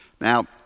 Now